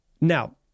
Now